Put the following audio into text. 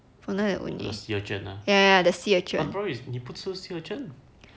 the sea urchin ah but problem is 你不吃 sea urchin